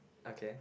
okay